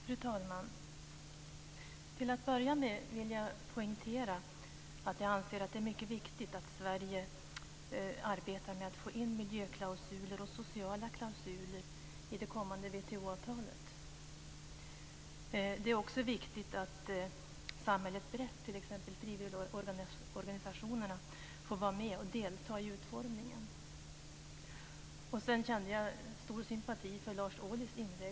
Fru talman! Till att börja med vill jag poängtera att jag anser att det är mycket viktigt att Sverige arbetar med att få in miljöklausuler och sociala klausuler i det kommande WTO-avtalet. Det är också viktigt att samhället brett, t.ex. frivilligorganisationerna, får delta i utformningen. Jag kände stor sympati för Lars Ohlys inlägg.